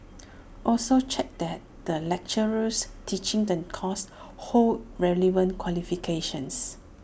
also check that the lecturers teaching the course hold relevant qualifications